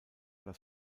das